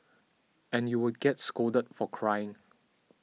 and you would get scolded for crying